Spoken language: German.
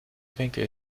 winkel